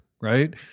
right